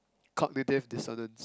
cognitive dissonance